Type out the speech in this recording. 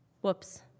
Whoops